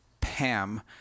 PAM